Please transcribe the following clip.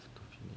to finish